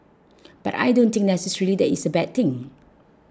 but I don't think necessarily that it's a bad thing